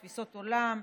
תפיסות העולם,